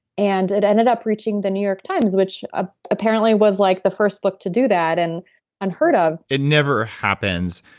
and it ended up reaching the new york times, which ah apparently was like the first book to do that and unheard of it never happens.